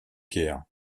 guerre